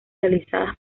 realizadas